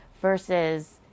versus